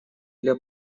для